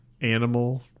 animal